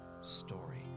story